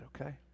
okay